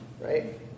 right